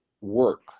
work